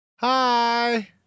Hi